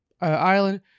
island